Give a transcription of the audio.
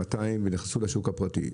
8200 ונכנסו לשוק הפרטי.